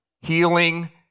healing